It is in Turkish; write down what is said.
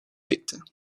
çekti